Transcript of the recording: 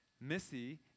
Missy